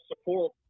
support